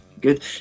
good